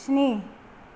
स्नि